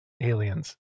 aliens